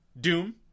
Doom